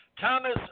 Thomas